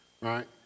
right